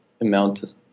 amount